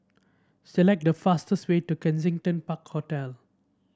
select the fastest way to Kensington Park Road